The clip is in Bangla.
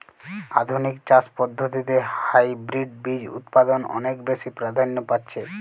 আধুনিক চাষ পদ্ধতিতে হাইব্রিড বীজ উৎপাদন অনেক বেশী প্রাধান্য পাচ্ছে